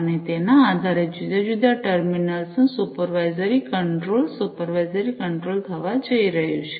અને તેના આધારે જુદા જુદા ટર્મિનલ્સ નું સુપરવાઇઝરી કંટ્રોલ સુપરવાઇઝરી કંટ્રોલ થવા જઈ રહ્યું છે